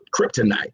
kryptonite